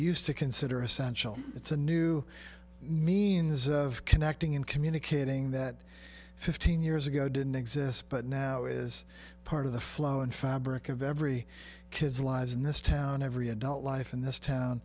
used to consider essential it's a new means of connecting and communicating that fifteen years ago didn't exist but now is part of the flow and fabric of every kid's lives in this town every adult life in this town